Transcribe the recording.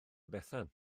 bethan